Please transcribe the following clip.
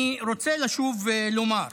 אני רוצה לשוב ולומר: